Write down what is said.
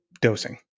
dosing